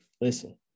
listen